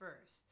first